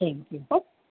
thank you હો